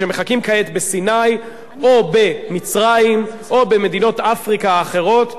שמחכים כעת בסיני או במצרים או במדינות אפריקה האחרות,